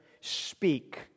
speak